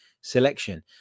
selection